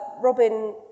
Robin